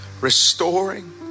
restoring